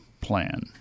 plan